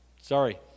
Sorry